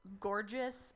gorgeous